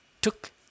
took